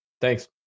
Thanks